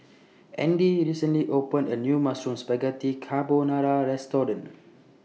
Andy recently opened A New Mushroom Spaghetti Carbonara Restaurant